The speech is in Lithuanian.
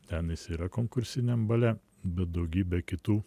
ten jis yra konkursiniam bale bet daugybė kitų